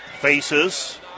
faces